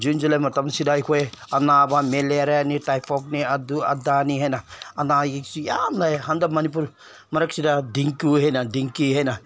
June July ꯃꯇꯝꯁꯤꯗ ꯑꯩꯈꯣꯏ ꯑꯅꯥꯕ ꯃꯦꯂꯦꯔꯤꯌꯥꯅꯦ ꯇꯥꯏꯐꯣꯠꯅꯦ ꯑꯗꯨ ꯑꯗꯥꯅꯦ ꯍꯥꯏꯅ ꯑꯅꯥ ꯑꯌꯦꯛꯁꯤ ꯌꯥꯝ ꯂꯩ ꯍꯟꯗꯛ ꯃꯅꯤꯄꯨꯔ ꯃꯔꯛꯁꯤꯗ ꯗꯤꯡꯒꯨ ꯍꯥꯏꯅ ꯗꯤꯡꯒꯤ ꯍꯥꯏꯅ